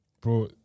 bro